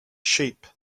sheep